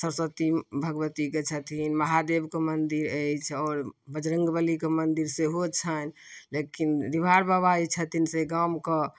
सरस्वती भगबती कऽ छथिन महादेब कऽ मन्दिर अछि आओर बजरङ्गबली कऽ मन्दिर सेहो छनि लेकिन डिहबार बाबा जे छथिन से गामके